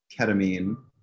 ketamine